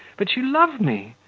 but you love me,